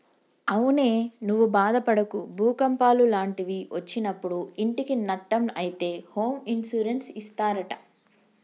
అవునే నువ్వు బాదపడకు భూకంపాలు లాంటివి ఒచ్చినప్పుడు ఇంటికి నట్టం అయితే హోమ్ ఇన్సూరెన్స్ ఇస్తారట